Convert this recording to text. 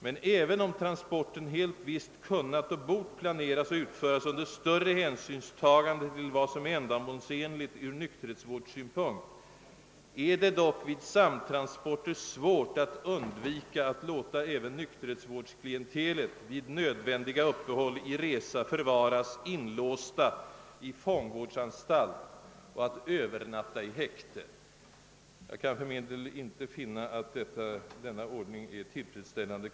Men även om transporten helt visst kunnat och bort planeras och utföras under större hänsynstagande till vad som är ändamålsenligt ur nykterhetsvårdssynpunkt, är det dock vid samtransporter svårt att undvika att låta även nykterhetsvårdsklientelet vid nödvändiga uppehåll i resa förvaras inlåsta i fångvårdsanstalt och att övernatta i häkte.» Jag kan för min del inte finna att denna ordning är tillfredsställande.